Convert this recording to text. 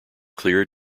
clear